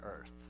earth